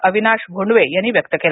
अविनाश भोंडवे यांनी व्यक्त केले